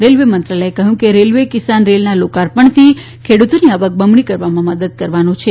railway મંત્રાલયે કહ્યું કે રેલવે કિસાન રેલના લોકાર્પણથી ખેડૂતોની આવક બમણી કરવામાં મદદ કરવાનો છે